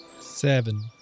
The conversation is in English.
Seven